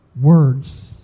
words